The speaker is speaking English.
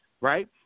right